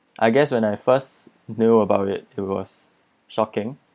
I guess when I first knew about it it was shocking